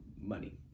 money